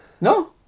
no